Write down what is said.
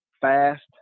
fast